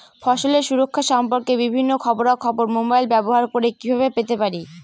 ফসলের সুরক্ষা সম্পর্কে বিভিন্ন খবরা খবর মোবাইল ব্যবহার করে কিভাবে পেতে পারি?